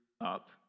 up